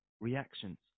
reactions